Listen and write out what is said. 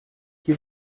que